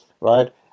right